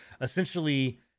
essentially